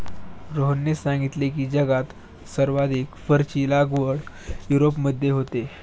रोहनने सांगितले की, जगात सर्वाधिक फरची लागवड युरोपमध्ये होते